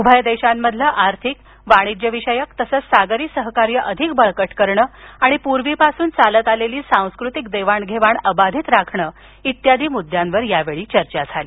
उभय देशांमधील आर्थिक वाणिज्यविषयक तसच सागरी सहकार्य अधिक बळकट करणं आणि पूर्वीपासून चालत आलेली सांस्कृतिक देवाणघेवाण अबाधित राखणं इत्यादी मुद्द्यांवर यावेळी चर्चा झाली